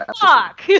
Fuck